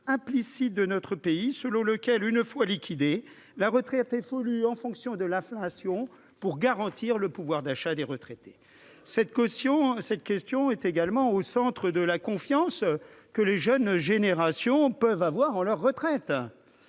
implicite de notre pays, selon lequel, une fois liquidée, la retraite évolue en fonction de l'inflation pour garantir le pouvoir d'achat des retraités. Cette question est également au centre de la confiance que les jeunes générations peuvent avoir en leur retraite.